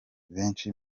benshi